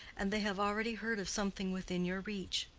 and they have already heard of something within your reach.